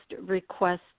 request